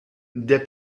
der